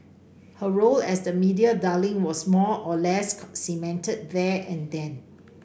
her role as the media darling was more or less cemented there and then